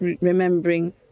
remembering